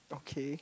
okay